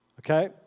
Okay